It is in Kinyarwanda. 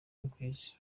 w’ukwezi